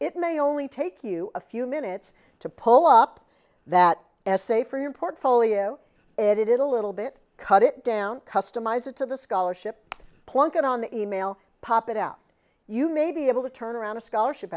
it may only take you a few minutes to pull up that essay for your portfolio it is a little bit cut it down customize it to the scholarship plonk it on the email pop it out you may be able to turn around a scholarship